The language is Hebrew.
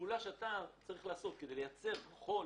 הפעולה שאתה צריך לעשות כדי לייצר חול